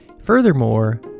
Furthermore